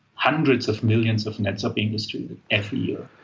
hundreds of millions of nets are being distributed every year.